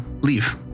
leave